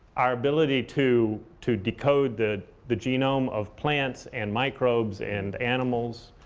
our ability to to decode the the genome of plants, and microbes, and animals.